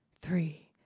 three